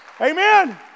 Amen